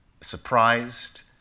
surprised